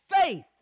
faith